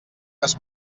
has